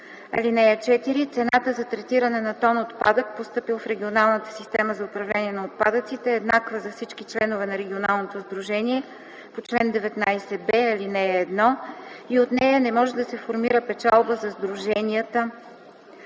(4) Цената за третиране на тон отпадък, постъпил в регионалната система за управление на отпадъците, е еднаква за всички членове на регионалното сдружение по чл. 19б, ал. 1 и от нея не може да се формира печалба за сдруженията.